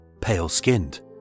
pale-skinned